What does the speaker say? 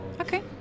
Okay